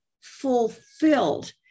fulfilled